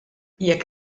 jekk